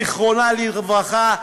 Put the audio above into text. זיכרונה לברכה,